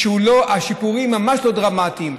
שהשיפורים ממש לא דרמטיים.